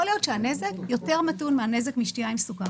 יכול להיות שהנזק מתון יותר מאשר הנזק משתייה עם סוכר,